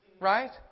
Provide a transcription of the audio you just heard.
right